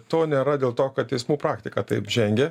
to nėra dėl to kad teismų praktika taip žengia